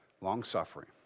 long-suffering